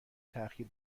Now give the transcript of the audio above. تاخیر